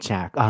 Jack